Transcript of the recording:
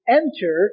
enter